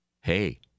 Hey